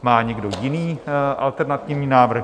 Má někdo jiný alternativní návrh?